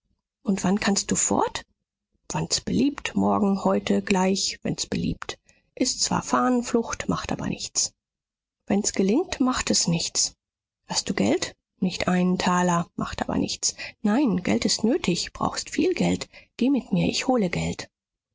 und wann kannst du fort wann's beliebt morgen heute gleich wenn's beliebt ist zwar fahnenflucht macht aber nichts wenn's gelingt macht es nichts hast du geld nicht einen taler macht aber nichts nein geld ist nötig brauchst viel geld geh mit mir ich hole geld